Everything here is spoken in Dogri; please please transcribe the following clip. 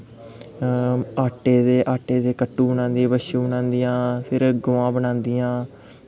आटे दे कट्टू बनांदियां बच्छू बनांदियां फिर गवां बनांदियां